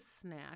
snack